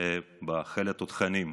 בחיל התותחנים,